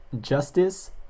Justice